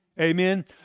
Amen